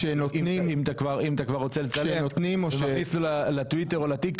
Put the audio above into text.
אם אתה כבר רוצה לצלם ומוסיף לטוויטר או לטיקטוק,